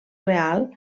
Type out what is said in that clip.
real